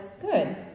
good